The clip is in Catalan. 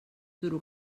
duro